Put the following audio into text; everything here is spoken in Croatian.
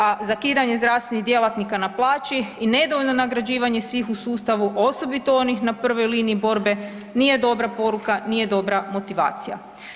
A zakidanje zdravstvenih djelatnika na plaći i nedovoljno nagrađivanje svih u sustavu osobito onih na prvoj liniji borbe nije dobra poruka, nije dobra motivacija.